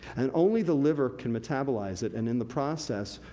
and only the liver can metabolize it, and in the process,